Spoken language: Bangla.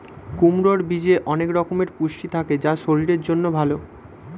কুমড়োর বীজে অনেক রকমের পুষ্টি থাকে যা শরীরের জন্য ভালো